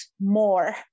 more